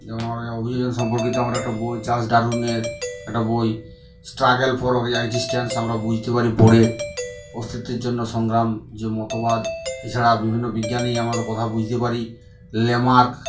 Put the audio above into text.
যেমন আমরা অভিযোজন সম্পর্কিত আমরা একটা বই চার্লস ডারউইনের একটা বই স্ট্রাগল ফর এক্সিস্ট্যান্স আমরা বুঝতে পারি পড়ে অস্তিত্বের জন্য সংগ্রাম যে মতবাদ এছাড়া বিভিন্ন বিজ্ঞানীই আমাদের কথা বুঝতে পারি ল্যামার্ক